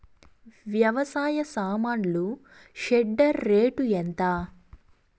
వ్యవసాయ సామాన్లు shredder rate ఎంత?